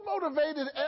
motivated